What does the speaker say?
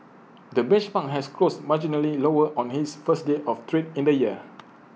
the benchmark has closed marginally lower on its first day of trade in the year